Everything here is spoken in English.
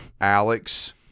Alex